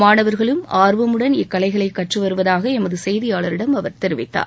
மாணவா்களும் ஆர்வமுடன் இக்கலைகளை கற்று வருவதாக எமது செய்தியாளரிடம் அவா் தெரிவித்தார்